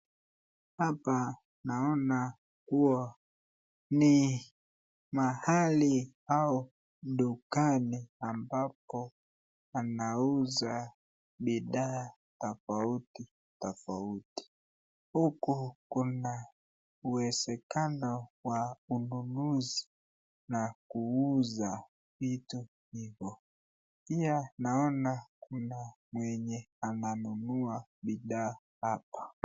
Hapa naona kuwa ni mahali au dukani ambako anauza bidhaa tofauti tofauti. Huku kuna uwezekano wa ununuzi na kuuza vitu hivyo pia naona kuna mwenye ananunua bidhaa hapa.